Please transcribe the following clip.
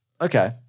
Okay